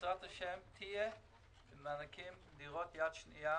בעזרת השם יהיו מענקים לדירות יד שנייה